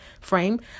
frame